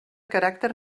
caràcter